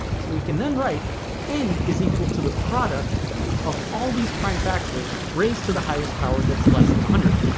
so we can then write n is equal to the product of all these prime factors raised to the highest power that's less than one hundred.